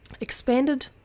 expanded